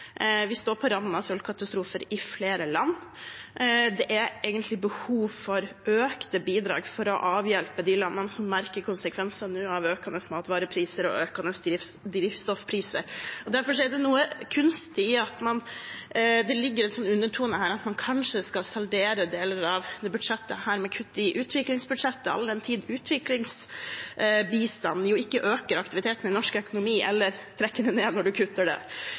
står i flere land på randen av sultkatastrofe. Det er egentlig behov for økte bidrag for å avhjelpe de landene som merker konsekvensene av økende matvarepriser og økende drivstoffpriser. Derfor er det noe kunstig i at det ligger som en undertone her at man kanskje skal saldere deler av dette budsjettet med kutt i utviklingsbudsjettet, all den tid utviklingsbistanden jo ikke øker aktiviteten i norsk økonomi eller trekker den ned når man kutter